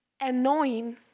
Annoying